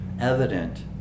evident